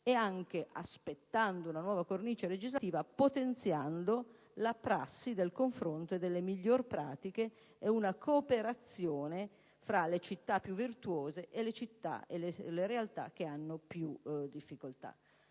e anche, nell'attesa di una nuova cornice legislativa, potenziando la prassi del confronto e delle migliori pratiche e una cooperazione tra le città più virtuose e le realtà che hanno maggiori difficoltà.